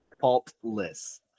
Faultless